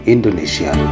Indonesia